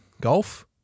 golf